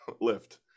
lift